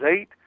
eight